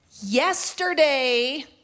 Yesterday